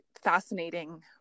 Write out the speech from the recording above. fascinating